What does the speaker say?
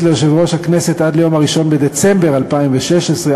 יושב-ראש הכנסת עד ליום 1 בדצמבר 2016,